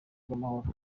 bw’amahoro